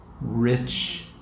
rich